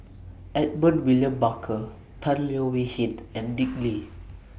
Edmund William Barker Tan Leo Wee Hin and Dick Lee